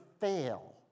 fail